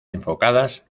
enfocadas